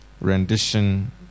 rendition